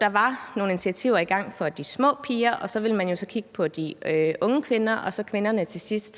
Der var nogle initiativer i gang for de små piger, og så ville man kigge på de unge kvinder og så de øvrige kvinder til sidst.